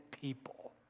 people